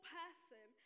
person